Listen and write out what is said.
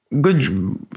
good